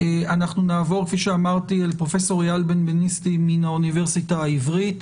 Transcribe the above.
נעבור אל פרופסור אייל בנבנישתי מהאוניברסיטה העברית.